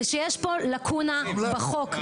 ושיש פה לקונה בחוק.